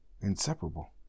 Inseparable